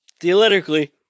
theoretically